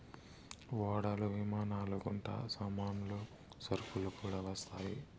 ఓడలు విమానాలు గుండా సామాన్లు సరుకులు కూడా వస్తాయి